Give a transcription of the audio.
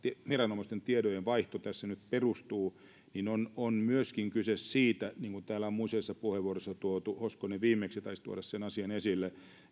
viranomaisten tietojenvaihto nyt tässä kohdassa perustuu on on myöskin kyse niin kuin täällä on useissa puheenvuoroissa tuotu ja hoskonen viimeksi taisi tuoda sen asian esille